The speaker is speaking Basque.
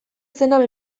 zena